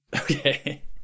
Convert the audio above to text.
Okay